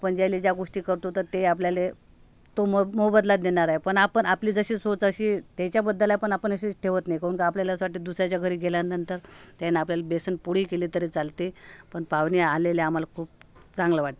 आपण ज्याला ज्या गोष्टी करतो तर ते आपल्याला तो मोब मोबदला देणार आहे पण आपण आपली जशी सोच अशी त्याच्याबद्दल आहे पण आपण अशीच ठेवत नाही काऊन का आपल्याला असं वाटते दुसऱ्याच्या घरी गेल्यानंतर त्यानं आपल्याला बेसन पोळी केली तरी चालते पण पाहुणे आलेले आम्हा ला खूप चांगलं वाट